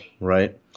right